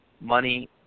money